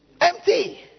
Empty